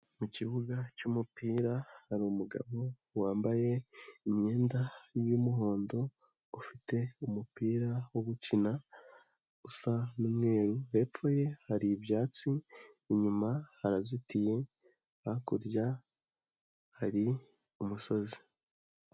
Mu kibuga cy'umupira hari umugabo wambaye imyenda y'umuhondo ufite umupira wo gukina usa n'umweru, hepfo ye hari ibyatsi, inyuma harazitiye, hakurya hari umusozi.